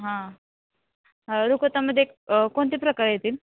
हां रुखवतामध्ये कोणते प्रकार येतील